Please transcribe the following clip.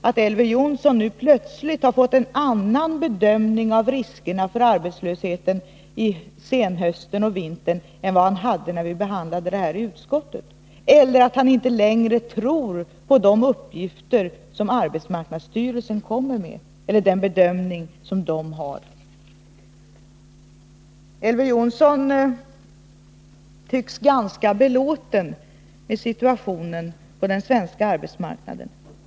AMS måste avstå från de pengar som verket bedömer oundgängligen nödvändiga för att det skall kunna hålla undan arbetslösheten just därför att regeringen accepterar arbetsmarknadspolitiken och därmed arbetslösheten som en regulator i den ekonomiska politiken. För Elver Jonsson gör väl inte plötsligt en annan bedömning av riskerna för arbetslöshet under senhösten och vintern än han gjorde när vi behandlade ärendet i utskottet? Eller tror han inte längre på den bedömning som arbetsmarknadsstyrelsen gör? Elver Jonsson tycks vara ganska belåten med situationen på den svenska arbetsmarknaden.